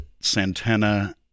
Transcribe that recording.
Santana